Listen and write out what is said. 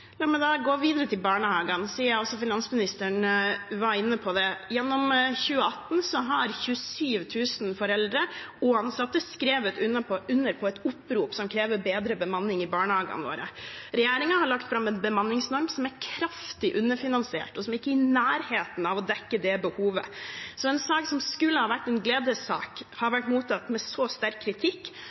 La meg da gå videre til barnehagene, siden finansministeren også var inne på det. Gjennom 2018 har 27 000 foreldre og ansatte skrevet under på et opprop som krever bedre bemanning i barnehagene våre. Regjeringen har lagt fram en bemanningsnorm som er kraftig underfinansiert, og som ikke er i nærheten av å dekke det behovet. En sak som skulle ha vært en gledens sak, har blitt mottatt med så sterk kritikk